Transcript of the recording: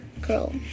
Girl